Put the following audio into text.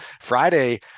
Friday